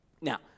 Now